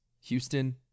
Houston